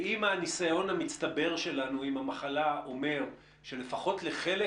ועם הניסיון המצטבר שלנו עם המחלה אומר שלפחות לחלק